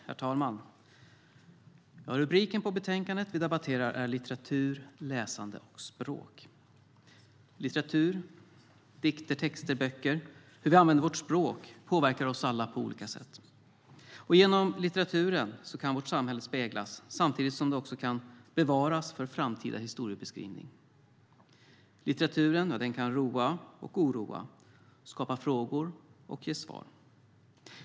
Herr talman! Rubriken på betänkandet vi debatterar är Litteratur, läsande och språk . Litteratur, dikter, texter, böcker, hur vi använder vårt språk, påverkar oss alla på olika sätt. Och genom litteraturen kan vårt samhälle speglas samtidigt som det kan bevaras för framtida historiebeskrivning. Litteraturen kan roa och oroa, skapa frågor och ge svar.